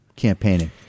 campaigning